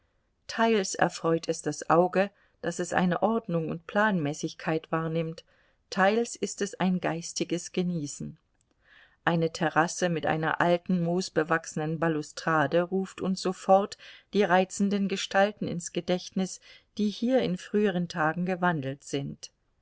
teils erfreut es das auge daß es eine ordnung und planmäßigkeit wahrnimmt teils ist es ein geistiges genießen eine terrasse mit einer alten moosbewachsenen balustrade ruft uns sofort die reizenden gestalten ins gedächtnis die hier in früheren tagen gewandelt sind